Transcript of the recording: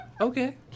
Okay